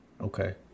Okay